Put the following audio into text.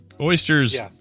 oysters